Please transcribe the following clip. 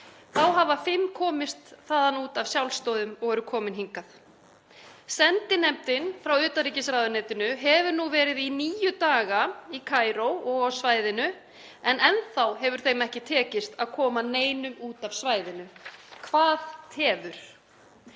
Þá hafa fimm komist þaðan út af sjálfsdáðum og eru komin hingað. Sendinefndin frá utanríkisráðuneytinu hefur nú verið í níu daga í Kaíró og á svæðinu en enn þá hefur þeim ekki tekist að koma neinum út af svæðinu. Hvað tefur?